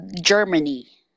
Germany